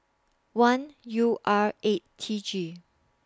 one U R eight T G